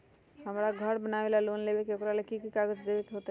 हमरा घर बनाबे ला लोन लेबे के है, ओकरा ला कि कि काग़ज देबे के होयत?